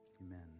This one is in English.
Amen